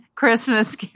Christmas